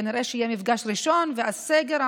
כנראה שיהיה מפגש ראשון ואז סגר.